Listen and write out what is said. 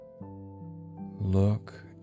Look